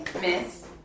Miss